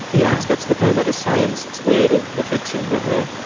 yeah. let's get to the point where the science is weird and the fiction, but yeah.